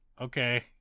okay